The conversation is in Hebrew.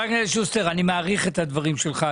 חבר הכנסת שוסטר, אני מעריך את הדברים שלך.